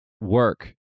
work